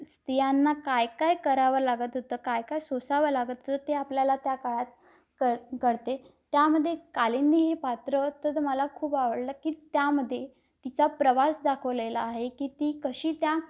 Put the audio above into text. स्त्रियांना काय काय करावं लागत होतं काय काय सोसावं लागत होतं ते आपल्याला त्या काळात क कळते त्यामध्ये कालिंदी हे पात्र तर त मला खूप आवडलं की त्यामध्ये तिचा प्रवास दाखवलेला आहे की ती कशी त्या